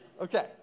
Okay